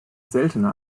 seltener